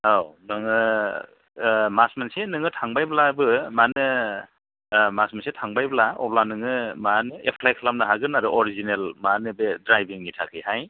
औ नोङो मासमोनसे नोङो थांबायब्लाबो मानो ओ मासमोनसे थांबायब्ला अब्ला नोङो माहोनो एफ्लाय खालामनो हागोन अरिजिनेल मा होनो बे ड्राइभिंनि थाखैहाय